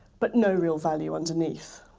but no real value underneath.